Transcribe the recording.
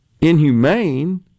inhumane